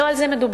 לא על זה מדובר.